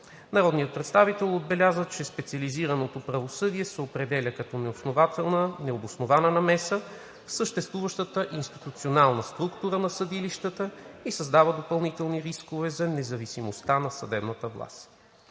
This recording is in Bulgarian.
Народният представител отбеляза, че специализираното правосъдие се определя като необоснована намеса в съществуващата институционална структура на съдилищата и създава допълнителни рискове за независимостта на съдебната власт.